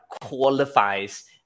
qualifies